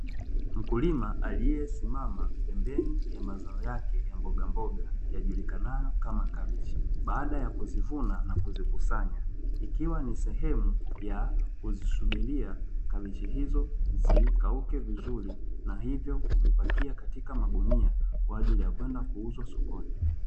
Mkulima aliyesimama pembeni ya mazao yake ya mbogamboga yajulikanayo kama kabichi, baada ya kuzivuna na kuzikusanya, ikiwa ni sehemu ya kuzisubiria kabichi hizo zikauke vizuri na hivyo kuzipakia katika magunia kwa ajili ya kwenda kuuzwa sokoni.